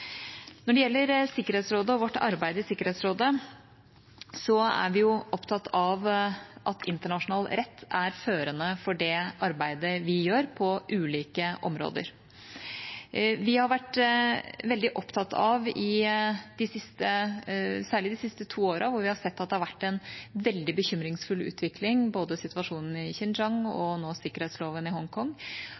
Når det gjelder Sikkerhetsrådet og vårt arbeid i Sikkerhetsrådet, er vi opptatt av at internasjonal rett er førende for det arbeidet vi gjør på ulike områder. Vi har vært veldig opptatt av – særlig de siste to årene, hvor vi har sett at det har vært en veldig bekymringsfull utvikling, både situasjonen i Xinjiang og nå sikkerhetsloven i Hongkong